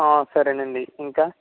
సరే అండి ఇంకా